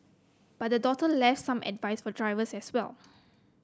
but the daughter left some advice for drivers as well